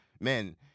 men